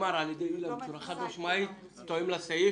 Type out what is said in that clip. נאמר על ידי אילן בצורה חד-משמעית שזה תואם לסעיף.